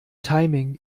timing